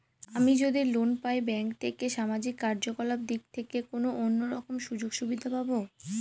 আমি যদি লোন পাই ব্যাংক থেকে সামাজিক কার্যকলাপ দিক থেকে কোনো অন্য রকম সুযোগ সুবিধা পাবো?